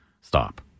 Stop